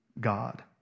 God